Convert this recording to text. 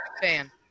fan